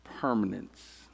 permanence